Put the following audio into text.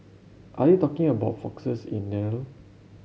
are you talking about foxes in